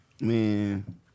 Man